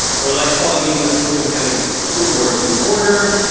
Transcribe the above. i would like to call the meeting in the prince william county school board to order.